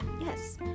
Yes